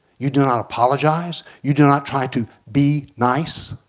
you do not apologize? you do not try to be nice?